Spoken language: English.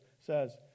says